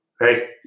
Hey